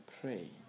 pray